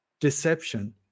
deception